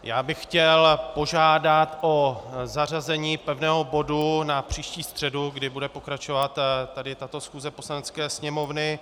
Já bych chtěl požádat o zařazení pevného bodu na příští středu, kdy bude pokračovat tato schůze Poslanecké sněmovny.